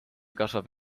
kasvab